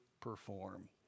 perform